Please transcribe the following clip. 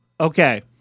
Okay